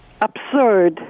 absurd